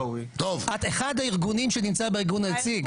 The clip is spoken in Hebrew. את אחד הארגונים שנמצא בארגון היציג.